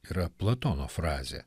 yra platono frazė